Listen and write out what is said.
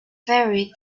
ferry